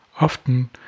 Often